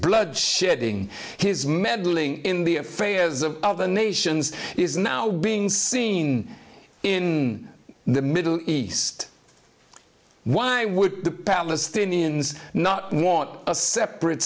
blood shedding his meddling in the affairs of other nations is now being seen in the middle east why would the palestinians not want a separate